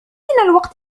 الوقت